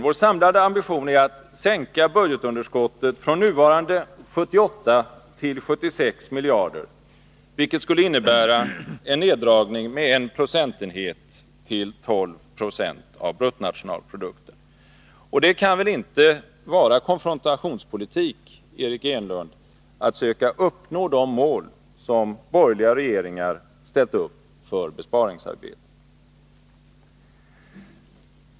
Vår samlade ambition är att sänka budgetunderskottet från nuvarande 78 till 76 miljarder, vilket skulle innebära en neddragning med 1 procentenhet till 12 90 av bruttonationalprodukten. Och det kan väl inte vara konfrontationspolitik, Eric Enlund, att söka förverkliga de mål som borgerliga regeringar ställt upp för besparingsarbetet?